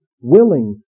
Willing